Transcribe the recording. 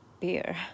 beer